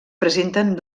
presenten